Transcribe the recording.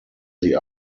sie